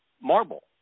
marble